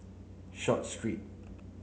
Short Street